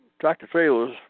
tractor-trailers